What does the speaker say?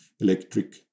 electric